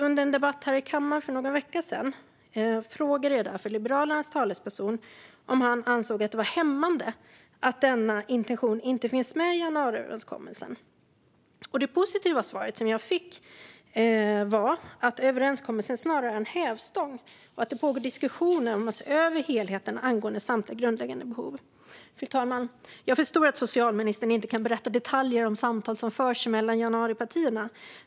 Under en debatt här i kammaren för några veckor sedan frågade jag därför Liberalernas talesperson om han ansåg att det var hämmande att denna intention inte finns med i januariöverenskommelsen. Det positiva svar som jag fick var att överenskommelsen snarare är en hävstång och att det pågår diskussioner om att se över helheten angående samtliga grundläggande behov. Fru talman! Jag förstår att socialministern inte kan berätta detaljer om samtal som förs mellan januaripartierna.